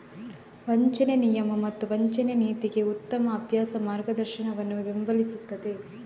ವಂಚನೆ ನಿಯಮ ಮತ್ತು ವಂಚನೆ ನೀತಿಗೆ ಉತ್ತಮ ಅಭ್ಯಾಸ ಮಾರ್ಗದರ್ಶನವನ್ನು ಬೆಂಬಲಿಸುತ್ತದೆ